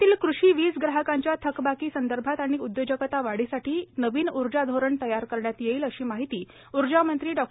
राज्यातील कृषी वीज ग्राहकांच्या थकबाकीसंदर्भात आणि उद्योजकता वाढीसाठी नवीन ऊर्जा धोरण तयार करण्यात येईल अशी माहिती ऊर्जामंत्री डों